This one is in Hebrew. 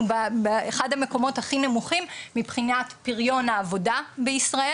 באחד המקומות הכי נמוכים מבחינת פיריון העבודה בישראל.